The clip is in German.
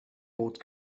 rot